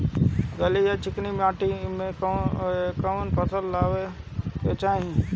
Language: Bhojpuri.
गील या चिकन माटी पर कउन फसल लगावे के चाही?